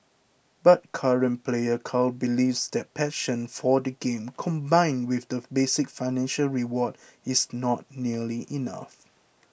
but current player Carl believes that passion for the game combined with a basic financial reward is not nearly enough